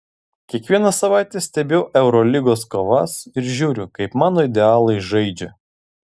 kiekvieną savaitę stebiu eurolygos kovas ir žiūriu kaip mano idealai žaidžia